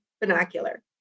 binocular